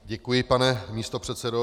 Děkuji, pane místopředsedo.